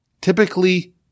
typically